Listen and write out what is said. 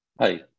Hi